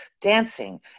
dancing